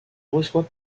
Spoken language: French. reçoit